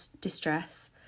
distress